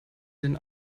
den